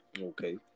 Okay